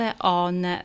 on